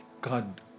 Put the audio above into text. God